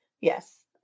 yes